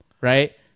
right